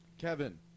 Kevin